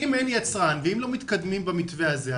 אם אין יצרן ואם לא מתקדמים במתווה הזה,